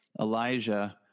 Elijah